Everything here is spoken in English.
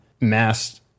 mass